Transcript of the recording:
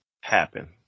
happen